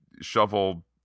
shovel